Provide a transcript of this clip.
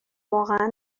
واقعا